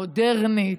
מודרנית,